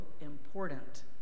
important